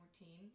routine